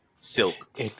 Silk